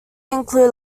include